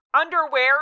underwear